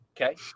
okay